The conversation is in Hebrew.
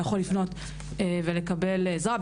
יכול לפנות ולקבל עזרה,